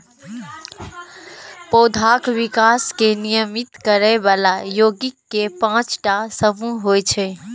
पौधाक विकास कें नियमित करै बला यौगिक के पांच टा समूह होइ छै